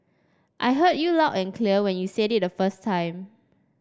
I heard you loud and clear when you said it the first time